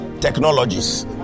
technologies